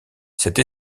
cette